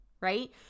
right